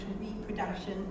reproduction